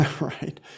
Right